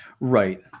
Right